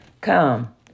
Come